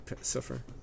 suffer